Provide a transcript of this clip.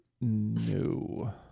No